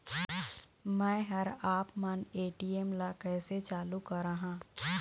मैं हर आपमन ए.टी.एम ला कैसे चालू कराहां?